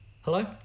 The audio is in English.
Hello